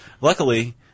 luckily